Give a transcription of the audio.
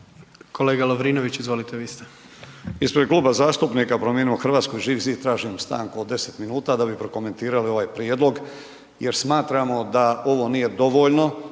Kolega Lovrinović, izvolite, vi ste.